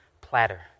platter